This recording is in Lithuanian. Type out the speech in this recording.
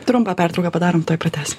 trumpą pertrauką padarom tuoj pratęsim